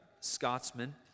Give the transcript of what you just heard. Scotsman